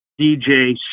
DJ